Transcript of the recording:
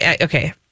okay